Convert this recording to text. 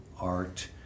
art